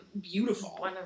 beautiful